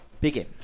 Begin